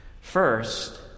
First